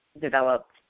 developed